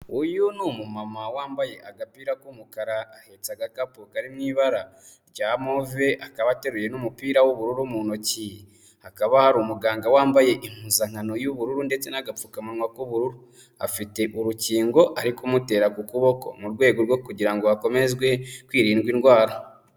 Uyu ni umumama wambaye agapira k'umukara ahetse agakapu kari mu ibara rya move akaba ateruye n'umupira w'ubururu mu ntoki, hakaba hari umuganga wambaye impuzankano y'ubururu ndetse n'agapfukamunwa k'ubururu, afite urukingo ari kumutera k'ukuboko mu rwego rwo kugira ngo hakomezwe kwirindwa indwara.